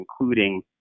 including